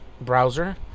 browser